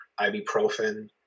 ibuprofen